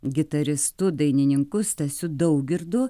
gitaristu dainininku stasiu daugirdu